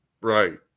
Right